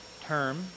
term